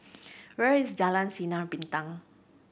where is Jalan Sinar Bintang